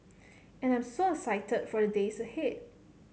and I'm so excited for the days ahead